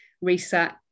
reset